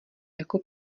jako